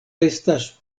estas